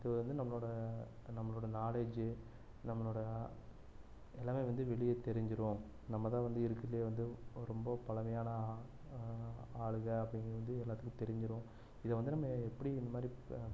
இது வந்து நம்மளோட நம்மளோட நாலேட்ஜூ நம்மளோட எல்லாமே வந்து வெளியே தெரிஞ்சிரும் நம்ம தான் வந்து இருக்கருதுலையே வந்து ஒரு ரொம்ப பழமையான ஆளுங்கள் அப்படின்றது வந்து எல்லாத்துக்கும் தெரிஞ்சிரும் இதை வந்து நம்ம எப்படி இந்த மாதிரி இப்போ